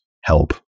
help